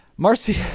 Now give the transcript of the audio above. Marcy